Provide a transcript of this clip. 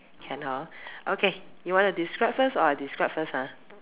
can hor okay you wanna describe first or I describe first ah